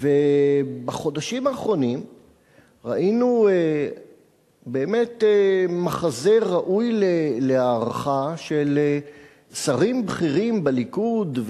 ובחודשים האחרונים ראינו באמת מחזה ראוי להערכה של שרים בכירים בליכוד,